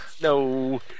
No